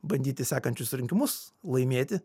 bandyti sekančius rinkimus laimėti